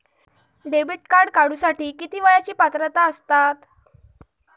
Debit card काढूसाठी किती वयाची पात्रता असतात?